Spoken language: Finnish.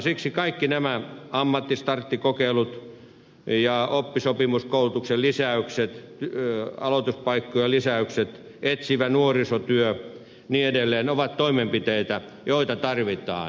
siksi kaikki nämä ammattistarttikokeilut ja oppisopimuskoulutuksen lisäykset aloituspaikkojen lisäykset etsivä nuorisotyö ja niin edelleen ovat toimenpiteitä joita tarvitaan